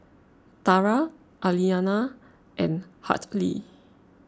Tara Aliana and Hartley